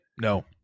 No